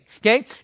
Okay